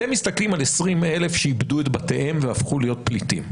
אתם מסתכלים על 20,000 שאיבדו את בתיהם והפכו להיות פליטים.